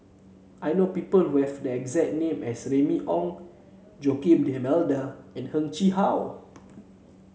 I know people who have the exact name as Remy Ong Joaquim D'Almeida and Heng Chee How